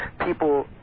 people